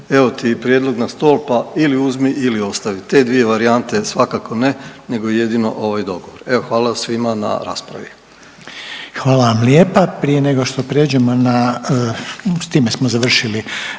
evo ti prijedlog na stol pa ili uzmi ili ostavi. Te dvije varijante svakako ne, nego jedino ovaj dogovor. Evo hvala svima na raspravi. **Reiner, Željko (HDZ)** Hvala vam lijepa. Prije nego što prijeđemo, s time smo završili